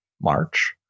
March